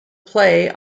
play